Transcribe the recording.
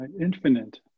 infinite